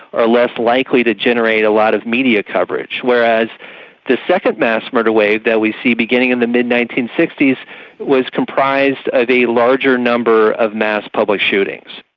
are less likely to generate a lot of media coverage, whereas the second mass murder wave that we see beginning in the mid nineteen sixty s was comprised of a larger number of mass public shootings.